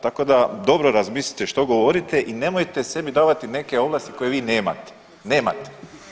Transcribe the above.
Tako da dobro razmislite što govorite i nemojte sebi davati neke ovlasti koje vi nemate, nemate!